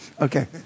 Okay